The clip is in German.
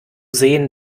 sehen